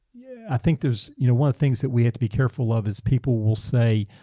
yeah i think there's you know one of things that we had to be careful of is people will say,